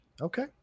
Okay